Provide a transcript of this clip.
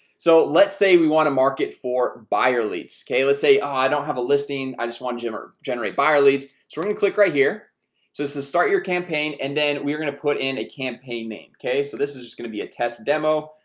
so let's say we want to market for buyer leads okay, let's say i don't have a listing. i just want jimmer generate buyer leads. so we're gonna click right here so this is start your campaign and then we're gonna put in a campaign name okay, so this is just gonna be a test demo.